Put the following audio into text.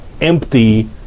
empty